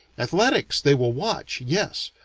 athletics they will watch, yes,